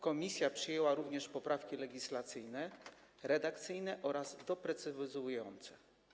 Komisja przyjęła również poprawki legislacyjne, redakcyjne oraz doprecyzowujące.